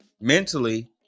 mentally